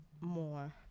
more